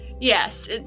Yes